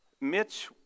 Mitch